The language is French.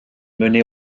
menée